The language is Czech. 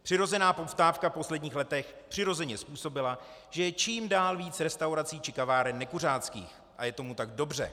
Přirozená poptávka v posledních letech přirozeně způsobila, že čím dál víc restaurací či kaváren je nekuřáckých a je tomu tak dobře.